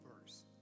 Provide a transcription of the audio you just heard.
verse